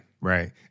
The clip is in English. right